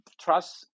trust